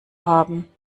haben